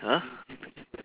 !huh!